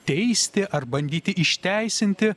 teisti ar bandyti išteisinti